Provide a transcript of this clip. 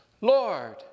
Lord